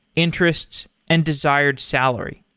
interests and desired salary.